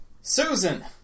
Susan